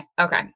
Okay